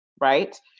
right